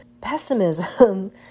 pessimism